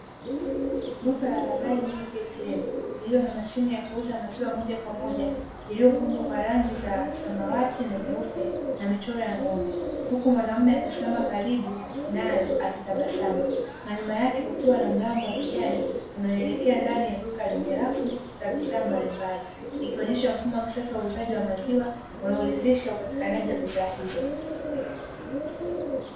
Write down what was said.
Duka la labai (milk atm) lililo na mashine ya kuuzia maziwa iliyopambwa kwa rangi za samawati na nyeupe pamoja na michoro ya ng'ombe, huku mwanaume akisimama karibu nayo akitabasamu na nyuma yake kukiwa na ya kijani unao elekea ndani ya duka lenye rafu na bidhaa mbalimbali, ikionyesha mfumo wa kisasa wa uuzaji wa maziwa unaorahisisha upatikanaji wa bidhaa hizo.